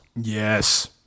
Yes